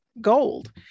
gold